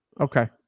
Okay